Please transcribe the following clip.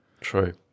true